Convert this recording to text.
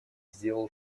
сделал